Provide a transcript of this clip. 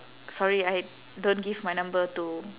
sorry I don't give my number to